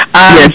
Yes